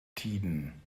tiden